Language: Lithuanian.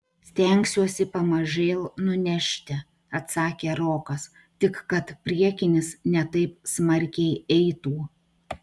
stengsiuosi pamažėl nunešti atsakė rokas tik kad priekinis ne taip smarkiai eitų